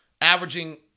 Averaging